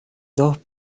dos